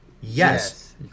Yes